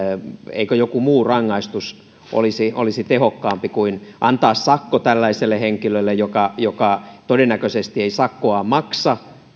eikö joku muu rangaistus olisi olisi tehokkaampi kuin antaa sakko tällaiselle henkilölle joka joka todennäköisesti ei sakkoaan maksa